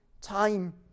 time